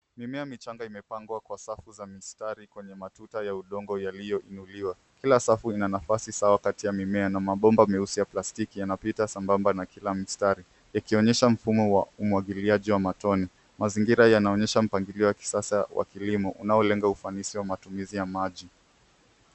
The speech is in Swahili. Mimea mchanga imepangwa Kwa safu za mistari kwenye matuta ya udongo yaliyoinuliwa. Kila safu ina nafasi sawa Kati ya mimea na mabomba meusi ya plastiki, yanapita sambamba na kila mstari yakionyesha mfumo wa umwangiliaji wa matone. Mazingira yanaonyesha mpangilio wa kisasa wa kilimo unaolenga ufanisi wa matumizi ya maji.